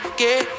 get